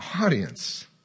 audience